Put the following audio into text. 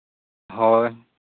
ᱦᱳᱭ